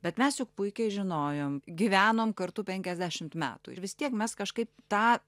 bet mes juk puikiai žinojom gyvenom kartu penkiasdešimt metų ir vis tiek mes kažkaip tą